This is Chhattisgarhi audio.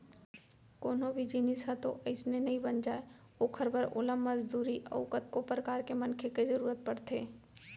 कोनो भी जिनिस ह तो अइसने नइ बन जाय ओखर बर ओला मजदूरी अउ कतको परकार के मनखे के जरुरत परथे